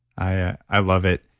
i i love it.